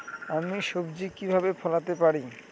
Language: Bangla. আমি সবজি কিভাবে ফলাতে পারি?